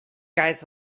guys